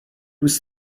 was